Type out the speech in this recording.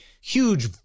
huge